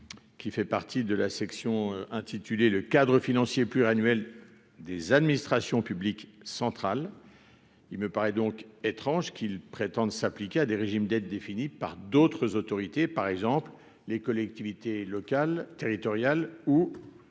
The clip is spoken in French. qui fait partie de la section intitulée le cadre financier pluriannuel des administrations publiques central, il me paraît donc étrange qu'ils prétendent s'appliquer à des régimes d'être définie par d'autres autorités par exemple, les collectivités locales territoriales ou et